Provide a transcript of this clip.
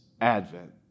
Advent